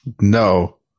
No